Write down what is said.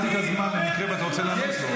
עצרתי את הזמן למקרה שאתה רוצה לענות לו.